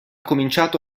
cominciato